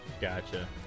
Gotcha